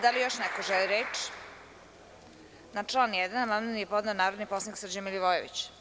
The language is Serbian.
Da li još neko želi reč? (Ne) Na član 1. amandman je podneo narodni poslanik Srđan Milivojević.